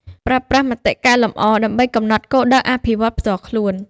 ប្រើប្រាស់មតិកែលម្អដើម្បីកំណត់គោលដៅអភិវឌ្ឍន៍ផ្ទាល់ខ្លួន។